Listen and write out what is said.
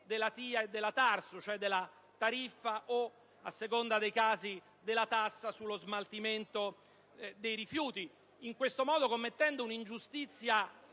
della TIA e della TARSU, ossia della tariffa o, a seconda dei casi, della tassa sullo smaltimento dei rifiuti. In questo modo si commette un'ingiustizia